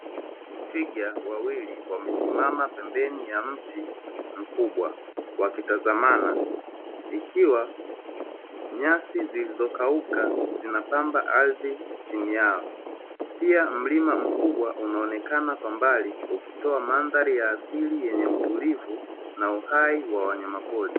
Twiga wawili wamesimama pembeni ya mti mkubwa, wakitazamana, ikiwa nyasi zilizokauka, zinapamba ardhi chini yao, pia mlima mkubwa unaonekana kwa mbali ukitoa mandhali ya asili yenye utulivu na uhai wa wanyama pori.